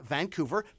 Vancouver